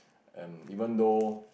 um even though